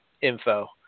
info